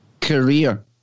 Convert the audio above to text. career